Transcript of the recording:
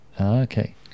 Okay